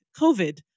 COVID